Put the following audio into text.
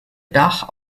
dach